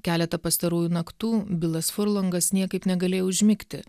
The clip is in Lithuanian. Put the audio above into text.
keletą pastarųjų naktų bilas furlangas niekaip negalėjo užmigti